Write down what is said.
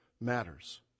matters